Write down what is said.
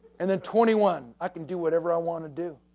and then, twenty one, i can do whatever i want to do.